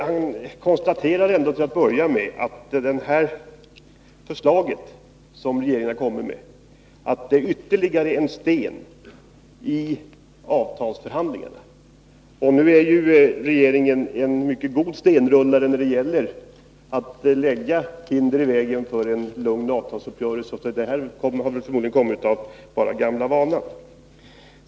Han konstaterar ändå till att börja med att det förslag som regeringen har lagt fram är ytterligare en sten i vägen för avtalsförhandlingarna. Regeringen är mycket duktig när det gäller att lägga hinder i vägen för en lugn avtalsuppgörelse, och det här förslaget har förmodligen bara kommit av gammal vana.